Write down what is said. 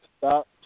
stop